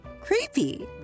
creepy